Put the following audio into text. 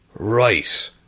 right